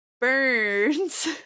burns